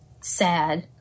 sad